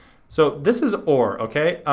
so this is or. okay?